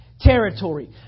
territory